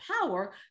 power